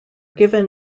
given